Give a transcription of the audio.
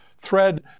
thread